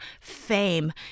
fame